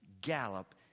gallop